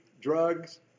Drugs